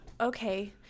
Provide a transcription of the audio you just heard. Okay